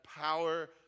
power